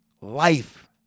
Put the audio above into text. life